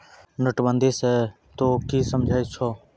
नोटबंदी स तों की समझै छौ